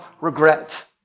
regret